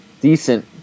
decent